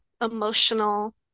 emotional